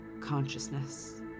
consciousness